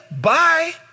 Bye